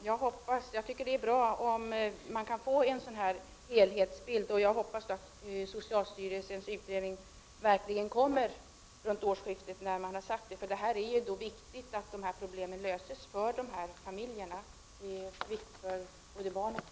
Herr talman! Jag tycker att det är bra om man kan få en sådan helhetsbild, och jag hoppas att socialstyrelsens utredning verkligen läggs fram vid årsskif tet såsom tidigare har sagts. Det är viktigt att dessa probiem löses för både barnen och deras familjer.